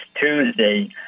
Tuesday